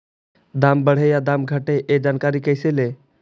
दाम बढ़े या दाम घटे ए जानकारी कैसे ले?